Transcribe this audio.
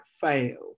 fail